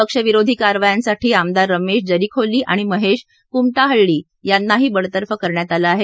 पक्षविरोधी कारवायांसाठी आमदार रमेश जरीखोली आणि महेश कुमटाहाळूळी यांनाही बडतर्फ करण्यात आलं आहे